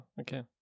okay